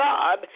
God